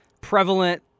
prevalent